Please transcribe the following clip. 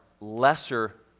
lesser